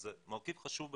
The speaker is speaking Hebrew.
שזה מרכיב חשוב ביותר,